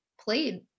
played